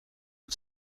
het